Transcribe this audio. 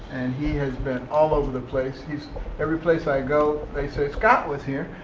and he has been all over the place. he's every place i go, they say, scott was here,